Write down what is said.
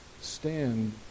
stand